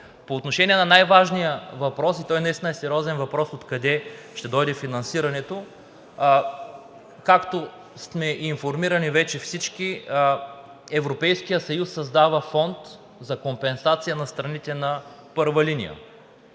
По отношение на най-важния въпрос и той наистина е сериозен въпрос – откъде ще дойде финансирането. Както сме информирани вече всички, Европейският съюз създава фонд за компенсация на страните на първа линия.